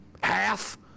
half